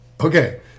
Okay